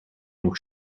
nog